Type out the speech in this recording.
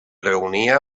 reunia